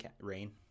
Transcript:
Rain